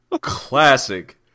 Classic